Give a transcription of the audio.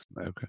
Okay